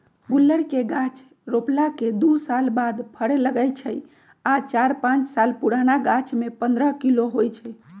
गुल्लर के गाछ रोपला के दू साल बाद फरे लगैए छइ आ चार पाच साल पुरान गाछमें पंडह किलो होइ छइ